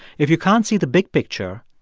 if you can't see the big picture,